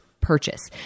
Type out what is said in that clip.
purchase